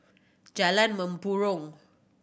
Jalan Mempurong